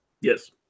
Yes